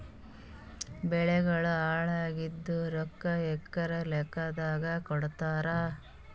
ಬೆಳಿಗೋಳ ಹಾಳಾಗಿದ ರೊಕ್ಕಾ ಎಕರ ಲೆಕ್ಕಾದಾಗ ಕೊಡುತ್ತಾರ?